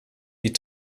die